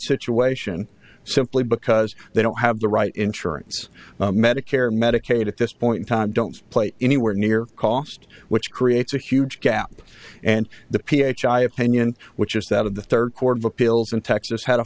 situation simply because they don't have the right insurance medicare medicaid at this point in time don't play anywhere near cost which creates a huge gap and the ph i opinion which is that of the third court of appeals in texas had a